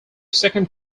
second